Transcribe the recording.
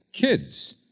Kids